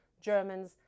Germans